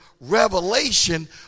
revelation